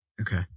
okay